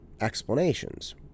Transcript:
explanations